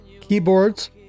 Keyboards